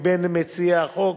ממציעי החוק,